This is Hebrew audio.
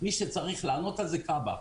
מי שצריך לענות על זה, כב"ה.